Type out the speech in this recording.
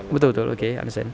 betul betul okay understand